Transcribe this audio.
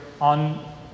on